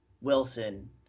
Wilson